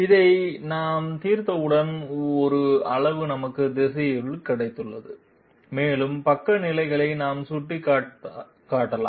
இதை நாம் தீர்த்தவுடன் ஒரு அளவு நமக்கு திசையும் கிடைத்துள்ளது மேலும் பக்க நிலைகளை நாம் சுட்டிக்காட்டலாம்